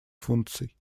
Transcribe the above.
функций